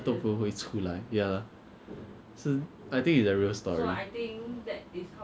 可以买名牌的东西的人是比较多有钱的 lor but for normal normal people